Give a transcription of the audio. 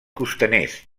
costaners